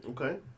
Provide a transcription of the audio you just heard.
Okay